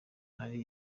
hari